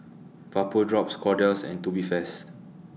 Vapodrops Kordel's and Tubifast